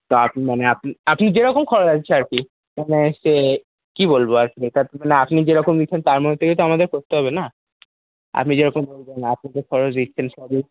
তো আপনি মানে আপনি আপনি যেরকম খরচ চান আর কি মানে হচ্ছে কী বলব আর কি আপনি যেরকম নিচ্ছেন তার মধ্যে থেকে তো আমাদেরকে করতে হবে না আপনি যেরকম বলছেন আপনাদের খরচ সবই